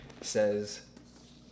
says